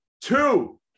Two